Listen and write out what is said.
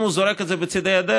אם הוא זורק את זה בצידי הדרך,